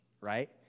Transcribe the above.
right